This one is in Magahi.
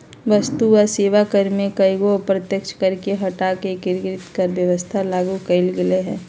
वस्तु आ सेवा कर में कयगो अप्रत्यक्ष कर के हटा कऽ एकीकृत कर व्यवस्था लागू कयल गेल हई